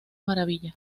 maravilla